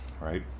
right